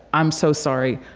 i'm so sorry,